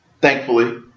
thankfully